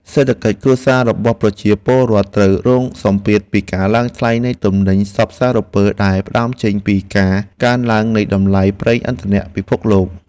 សេដ្ឋកិច្ចគ្រួសាររបស់ប្រជាពលរដ្ឋត្រូវរងសម្ពាធពីការឡើងថ្លៃនៃទំនិញសព្វសារពើដែលផ្តើមចេញពីការកើនឡើងនៃតម្លៃប្រេងឥន្ធនៈពិភពលោក។